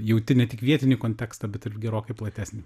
jauti ne tik vietinį kontekstą bet ir gerokai platesnį